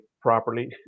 properly